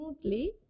smoothly